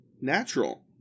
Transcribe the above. natural